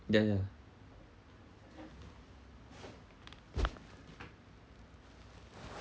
ya ya